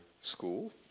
school